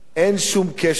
אין שום קשר